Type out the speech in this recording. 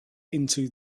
into